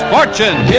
Fortune